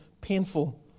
painful